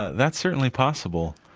that's certainly possible.